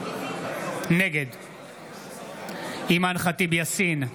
נגד אימאן ח'טיב יאסין,